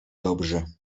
dobrze